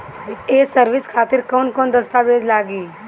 ये सर्विस खातिर कौन कौन दस्तावेज लगी?